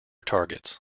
targets